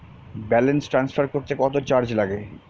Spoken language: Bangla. ব্যালেন্স ট্রান্সফার করতে কত চার্জ লাগে?